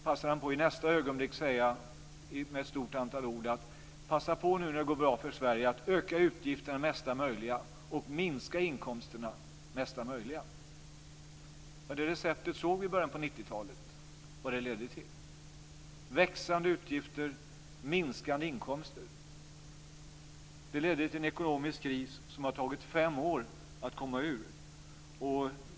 I nästa ögonblick säger han med ett stort antal ord: Passa på nu när det går bra för Sverige att öka utgifterna så mycket som möjligt och minska inkomsterna så mycket som möjligt! Vi såg vad det receptet ledde till i början på 90-talet: växande utgifter och minskande inkomster. Det ledde till en ekonomisk kris som det har tagit fem år att komma ur.